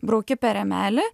brauki per rėmelį